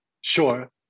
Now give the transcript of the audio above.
Sure